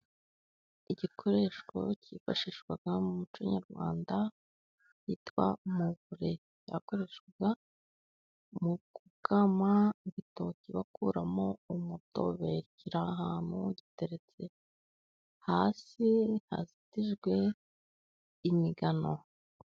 Igikoresho cyifashishwaga mu muco nyarwanda cyitwa umuvure, cyakoreshwaga mu gukama igitoki bakuramo umutobe, kiri ahantu giteretse hasi hazitijwe imigano.